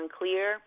unclear